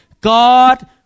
God